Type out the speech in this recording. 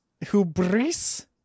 hubris